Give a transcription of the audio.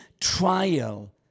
trial